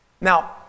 Now